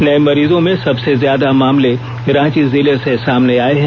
नए मरीजों में सबसे ज्यादा मामल रांची जिले से सामने आये हैं